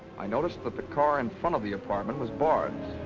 i noticed that the car in front of the apartment was bard's.